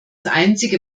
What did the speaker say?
einzige